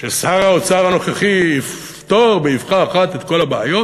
ששר האוצר הנוכחי יפתור באבחה אחת את כל הבעיות,